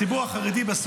הציבור החרדי,